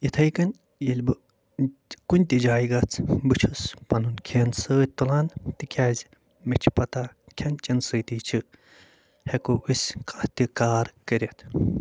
یِتھَے کٔنۍ ییٚلہِ بہٕ کُنہِ تہِ جایہِ گژھٕ بہٕ چھُس پَنُن کھیٚن سۭتۍ تُلان تِکیٛازِ مےٚ چھِ پتہ کھٮ۪ن چٮ۪ن سۭتی چھِ ہٮ۪کو أسۍ کانٛہہ تہِ کار کٔرِتھ